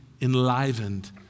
enlivened